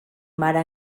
mare